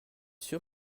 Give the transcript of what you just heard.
sûr